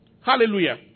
Hallelujah